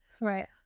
right